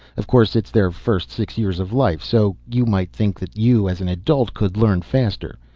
of course it's their first six years of life. so you might think that you, as an adult, could learn faster.